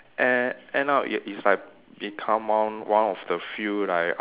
and end up it it's like become one one of the few like